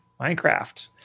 Minecraft